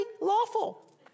lawful